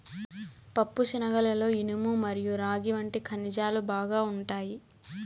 పప్పుశనగలలో ఇనుము మరియు రాగి వంటి ఖనిజాలు బాగా ఉంటాయి